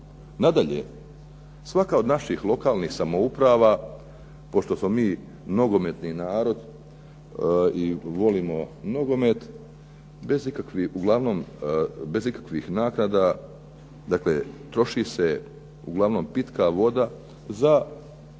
Nadalje, svaka od naših lokalnih samouprava pošto smo mi nogometni narod i volimo nogomet bez ikakvih naknada troši se uglavnom pitka voda da